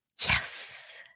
Yes